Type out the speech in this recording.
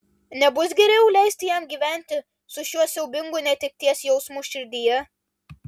nebus geriau leisti jam gyventi su šiuo siaubingu netekties jausmu širdyje